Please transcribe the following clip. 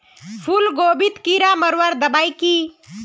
फूलगोभीत कीड़ा मारवार दबाई की?